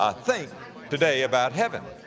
ah think today about heaven.